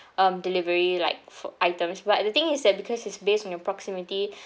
um delivery like for items but the thing is that because it's based on your proximity